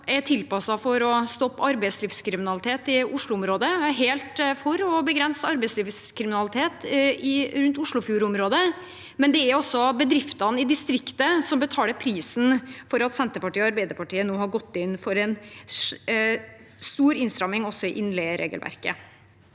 er tilpasset å stoppe arbeidslivskriminalitet i Oslo-området. Jeg er helt for å begrense arbeidslivskriminalitet i Oslofjordområdet, men det er altså bedriftene i distriktet som betaler prisen for at Senterpartiet og Arbeiderpartiet nå har gått inn for en stor innstramming også i innleieregelverket.